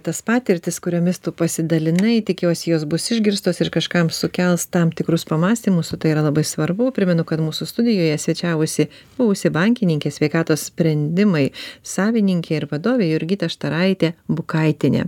tas patirtis kuriomis tu pasidalinai tikiuosi jos bus išgirstos ir kažkam sukels tam tikrus pamąstymus o tai yra labai svarbu primenu kad mūsų studijoje svečiavosi buvusi bankininkė sveikatos sprendimai savininkė ir vadovė jurgita štaraitė bukaitienė